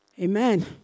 Amen